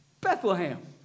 Bethlehem